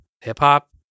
hip-hop